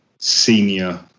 Senior